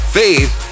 faith